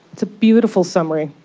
it's a beautiful summary.